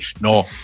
no